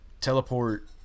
teleport